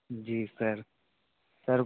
ji sir sir